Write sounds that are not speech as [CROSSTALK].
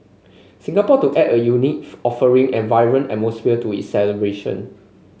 Singapore to add a unique offering and vibrant atmosphere to [UNINTELLIGIBLE] celebration